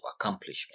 accomplishment